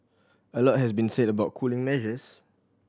a lot has been said about cooling measures